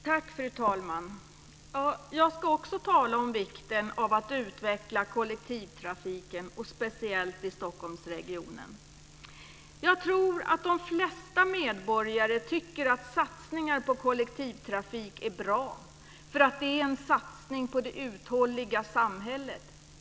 Fru talman! Jag ska också tala om vikten av att utveckla kollektivtrafiken, speciellt i Stockholmsregionen. Jag tror att de flesta medborgare tycker att satsningar på kollektivtrafik är bra, därför att det är en satsning på det uthålliga samhället.